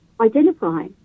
identify